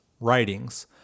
writings